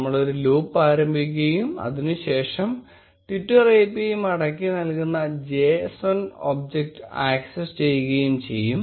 നമ്മളൊരു ലൂപ്പ് ആരംഭിക്കുകയും അതിനുശേഷം ട്വിറ്റർ API മടക്കിനൽകുന്ന json ഒബ്ജക്റ്റ് ആക്സസ് ചെയ്യുകയും ചെയ്യും